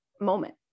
moment